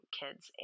kids